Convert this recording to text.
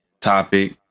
topic